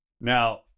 Now